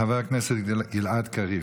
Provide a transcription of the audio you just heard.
חבר הכנסת גלעד קריב.